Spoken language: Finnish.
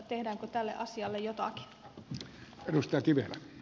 tehdäänkö tälle asialle jotakin